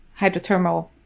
hydrothermal